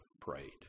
prayed